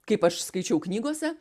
kaip aš skaičiau knygose